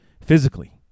physically